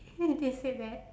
mm they said that